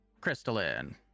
Crystalline